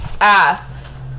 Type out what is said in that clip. ass